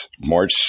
March